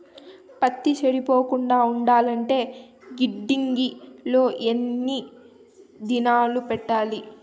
పత్తి చెడిపోకుండా ఉండాలంటే గిడ్డంగి లో ఎన్ని దినాలు పెట్టాలి?